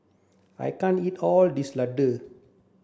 I can't eat all this Ladoo